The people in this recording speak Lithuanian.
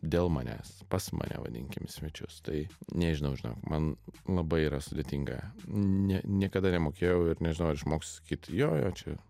dėl manęs pas mane vadinkim į svečius tai nežinau žinok man labai yra sudėtinga ne niekada nemokėjau ir nežinau ar išmoksiu sakyt jo jo čia